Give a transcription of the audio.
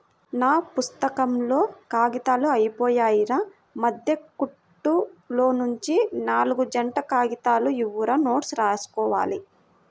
నా పుత్తకంలో కాగితాలు అయ్యిపొయ్యాయిరా, మద్దె కుట్టులోనుంచి నాల్గు జంట కాగితాలు ఇవ్వురా నోట్సు రాసుకోవాలి